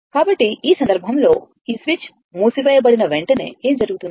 కాబట్టి ఈ సందర్భంగా ఈ స్విచ్ మూసివేయబడిన వెంటనే ఏమి జరుగుతుంది